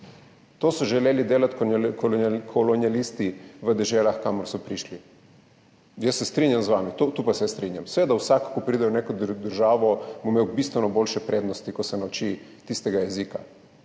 To so želeli delati kolonialisti v deželah, kamor so prišli. Jaz se strinjam z vami, tu pa se strinjam, seveda, vsak, ki pride v neko državo, bo imel bistveno boljše prednosti, ko se nauči tistega jezika,